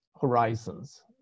horizons